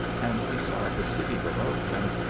and he saw the city below him,